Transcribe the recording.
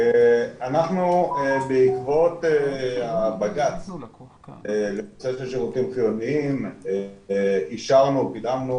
אנחנו בעקבות הבג"צ לנושא של שירותים חיוניים קידמנו